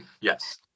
Yes